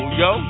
yo